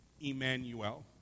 Emmanuel